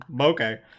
Okay